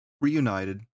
reunited